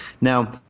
Now